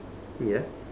ya